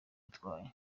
utwaye